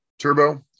Turbo